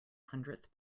hundredth